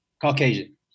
Caucasian